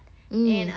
mm